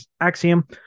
axiom